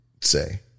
say